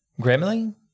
Gremlin